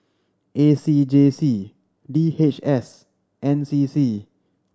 A C J C D H S and N C C